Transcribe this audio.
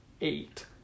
eight